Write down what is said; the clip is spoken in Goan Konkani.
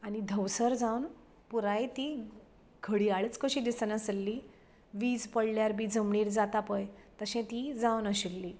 आनी धवसर जावन पुराय ती घडयांळच कशीं दिसना आसल्ली वीज पडल्यार बी जमनीर जाता पळय तशें ती जावन आशिल्ली